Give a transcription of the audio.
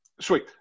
Sweet